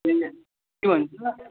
ए के भन्छ